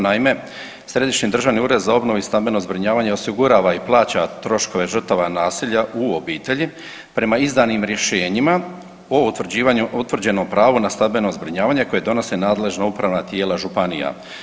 Naime, Središnji državni ured obnovu i stambeno zbrinjavanje, osigurava i plaća troškove žrtava nasilja u obitelji prema izdanim rješenjima po utvrđenom pravu na stambeno zbrinjavanje koje donose nadležna Upravna tijela Županija.